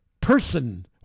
person